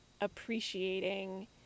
appreciating